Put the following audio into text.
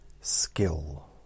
skill